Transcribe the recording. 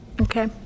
Okay